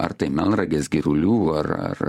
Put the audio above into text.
ar tai melnragės girulių ar ar